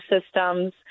systems